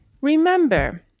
Remember